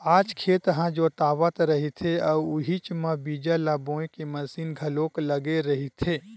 आज खेत ह जोतावत रहिथे अउ उहीच म बीजा ल बोए के मसीन घलोक लगे रहिथे